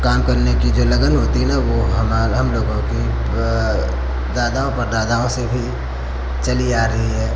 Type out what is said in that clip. काम करने की जो लगन होती है न वो हमार हम लोगों की दादाओं परदादाओं से भी चली आ रही है